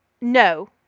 No